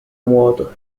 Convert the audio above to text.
muto